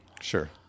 sure